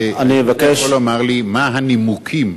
אתה יכול לומר לי מה הנימוקים